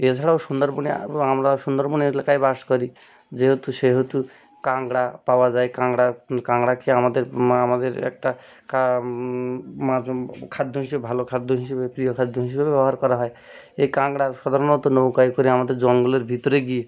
এছাড়াও সুন্দরবনে এবং আমরা সুন্দরবন এলাকায় বাস করি যেহেতু সেহেতু কাঁকড়া পাওয়া যায় কাঁকড়া কাঁকড়া খেয়ে আমাদের মা আমাদের একটা কা মাছ খাদ্য হিসেবে ভালো খাদ্য হিসেবে প্রিয় খাদ্য হিসেবে ব্যবহার করা হয় এই কাঁকড়া সাধারণত নৌকায় করে আমাদের জঙ্গলের ভিতরে গিয়ে